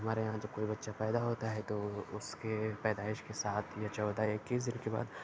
ہمارے یہاں جب کوئی بچہ پیدا ہوتا ہے تو اُس کے پیدائیش کے ساتھ یا چودہ یا اکیس دِن کے بعد